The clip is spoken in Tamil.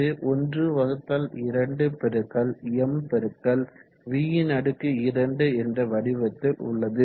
இது 12 mv2என்ற வடிவத்தில் உள்ளது